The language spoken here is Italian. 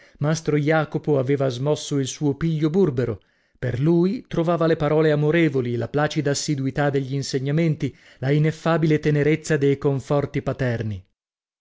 mastro jacopo aveva smosso il suo piglio burbero per lui trovava le parole amorevoli la placida assiduità degli insegnamenti la ineffabile tenerezza dei conforti paterni